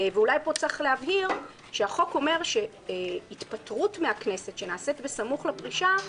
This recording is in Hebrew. ואולי פה צריך להבהיר שהחוק אומר שהתפטרות מהכנסת שנעשית בסמוך לפרישה,